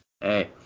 Hey